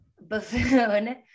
Buffoon